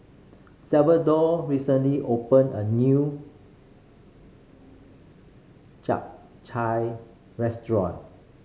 Salvador recently opened a new chap restaurant